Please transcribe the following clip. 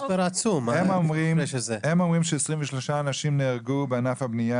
הם אומרים ש-23 אנשים נהרגו בענף הבנייה